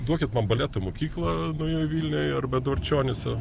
duokit man baleto mokyklą naujoj vilnioj arba dvarčionyse